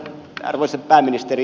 arvoisa pääministeri